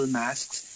masks